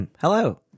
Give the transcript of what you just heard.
hello